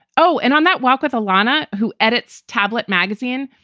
oh, and on that walk with alana, who edits tablet magazine,